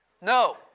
No